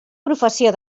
professió